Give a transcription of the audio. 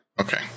Okay